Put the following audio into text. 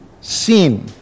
sin